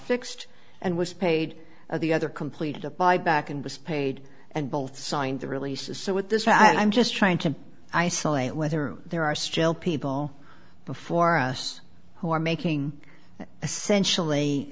fixed and was paid the other completed a buyback and was paid and both signed the releases so with this i am just trying to isolate whether there are still people before us who are making essentially